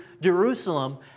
Jerusalem